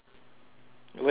when is penang